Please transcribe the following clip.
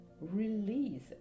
release